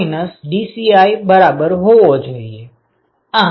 CpcoldTco dci બરાબર હોવો જોઈએ